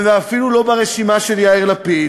ואפילו לא ברשימה של יאיר לפיד.